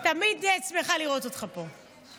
אני תמיד שמחה לראות אותך פה.